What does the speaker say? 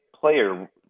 player